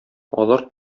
алар